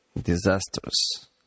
disasters